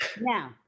Now